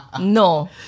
No